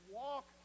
walk